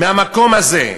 מהמקום הזה.